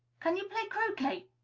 can you play croquet?